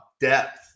depth